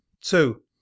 two